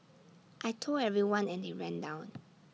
I Told everyone and they ran down